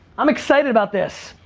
i'm excited about this.